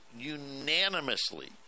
unanimously